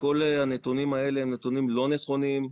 כל הנתונים האלה הם נתונים לא נכונים,